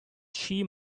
she